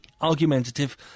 argumentative